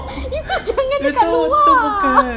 itu jangan dekat luar